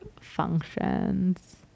functions